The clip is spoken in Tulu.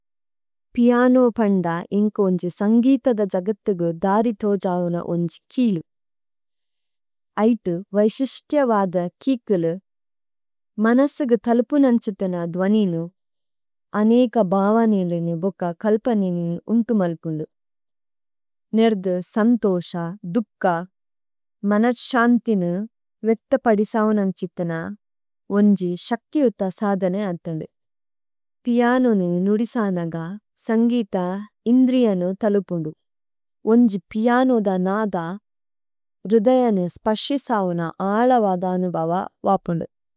പിയാനഓ പണഡാ ഇംകഊംജി സാംഗിതദ ജഗതഗിഗി ദാരി തഓജാഓനാ ഉനജി കിളി। അഈടി വഈശിഷടിയവാദദ കികിലി മനസിഗി തലപണംചിതന ദവനിനം അനഇക ബാവനഇലിന ബഗകാ കലപനിനി ഉംടമല നിരധി സംതഓഷാ, ദഁപകാ, മനസിഷാനതിന വികതപഡിസാവനം ചിതന ഒഞി ശകഠിയംത സാധനഇ അധനിഡി। പിയാണവനം നംഡിസാനഗാ, സംഗിടാ, ഇംദരിയനം തളപണി। ഒഞി പിയാണവദ നാദാ, രദയനം സപശിസാവനാ ആളവാ� ആളവാ ധാനം ബവാ, വാ പിളി।